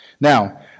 Now